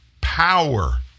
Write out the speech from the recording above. power